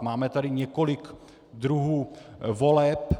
Máme tady několik druhů voleb.